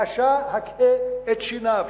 רשע, הקהה את שיניו.